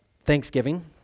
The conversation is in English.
Thanksgiving